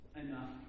enough